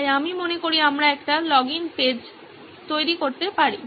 তাই আমি মনে করি আমরা একটি লগইন পেজ তৈরি করতে পারি